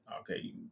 okay